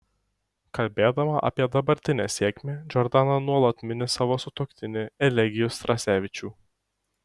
kalbėdama apie dabartinę sėkmę džordana nuolat mini savo sutuoktinį elegijų strasevičių